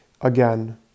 Again